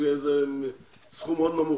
זה סכום מאוד נמוך.